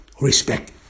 respect